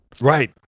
right